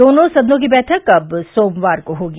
दोनों सदनों की बैठक अब सोमवार को होगी